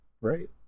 right